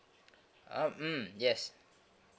um mm yes